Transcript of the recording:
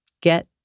Get